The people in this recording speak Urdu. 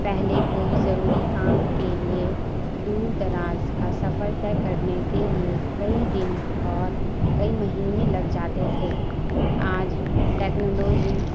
پہلے کوئی ضروری کام کے لیے دور دراز کا سفر طے کرنے کے لیے کئی دن اور کئی مہینے لگ جاتے تھے آج ٹیکنالوجی